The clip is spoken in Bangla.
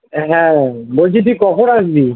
হ্যাঁ বলছি তুই কখন আসবি